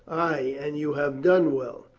ay, and you have done well.